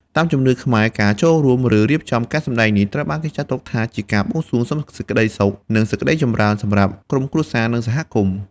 តាមជំនឿខ្មែរ ការចូលរួម ឬរៀបចំការសម្តែងនេះ ត្រូវបានគេចាត់ទុកថាជាការបួងសួងសុំសេចក្តីសុខ និងសេចក្តីចម្រើនសម្រាប់ក្រុមគ្រួសារ និងសហគមន៍។